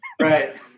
right